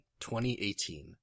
2018